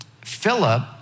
Philip